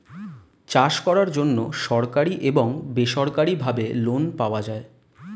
চাষ করার জন্য সরকারি এবং বেসরকারিভাবে লোন পাওয়া যায়